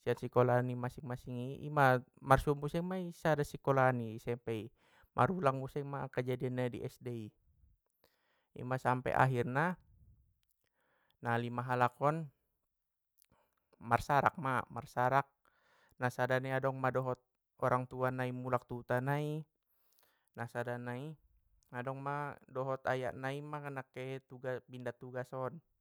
sian sikola ni masing masing i! Ima marsuo muse ma i sada sikolaan i SMP i, marulang musema kejadian na i SD i. Ima sampe akhirna, na lima halakon marsarak ma, marsarak nasada ni adong do orang tua nai mulak tu huta nai, nasada nai adong ma dot ayah nai mana kehe tu ka- pindah tugas on.